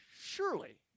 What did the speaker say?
surely